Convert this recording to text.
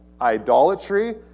idolatry